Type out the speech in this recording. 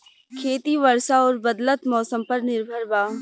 खेती वर्षा और बदलत मौसम पर निर्भर बा